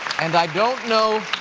and i don't know,